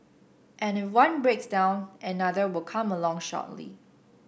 and if one breaks down another will come along shortly